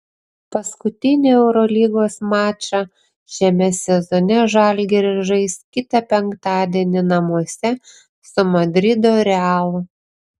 paskutinį eurolygos mačą šiame sezone žalgiris žais kitą penktadienį namuose su madrido real